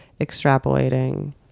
extrapolating